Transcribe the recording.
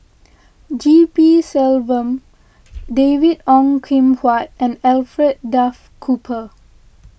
G P Selvam David Ong Kim Huat and Alfred Duff Cooper